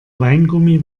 weingummi